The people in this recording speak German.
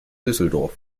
düsseldorf